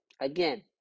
Again